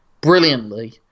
brilliantly